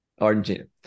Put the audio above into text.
Argentina